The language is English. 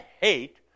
hate